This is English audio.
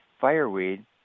fireweed